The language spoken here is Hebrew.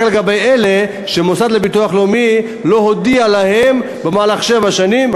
רק לגבי אלה שהמוסד לביטוח לאומי לא הודיע להם במהלך שבע שנים,